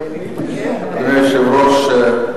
אדוני היושב-ראש,